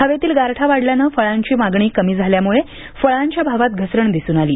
हवेतील गारठा वाढल्याने फळांची मागणी कमी झाल्यामुळे फळांच्या भावात घसरण दिसून आली